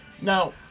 now